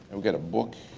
and we got a book,